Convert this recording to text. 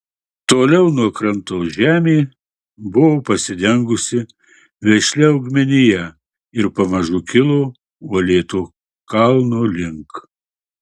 toliau nuo kranto žemė buvo pasidengusi vešlia augmenija ir pamažu kilo uolėto kalno link